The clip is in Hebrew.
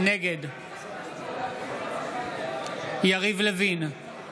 נגד יריב לוין, אינו נוכח